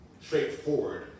straightforward